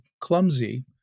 clumsy